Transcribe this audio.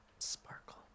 Sparkle